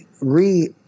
re